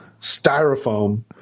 styrofoam